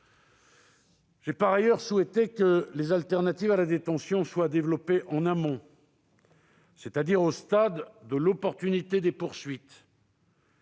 J'ai par ailleurs souhaité que les alternatives à la détention soient développées en amont, c'est-à-dire au stade de l'opportunité des poursuites,